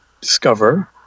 discover